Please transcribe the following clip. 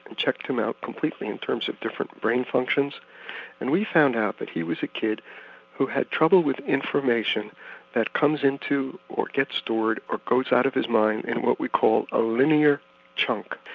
and checked him out completely in terms of different brain functions and we found out that he was a kid who had trouble with information that comes into or gets toward, or goes out of his mind in what we call a linear chunk.